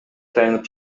таянып